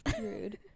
Rude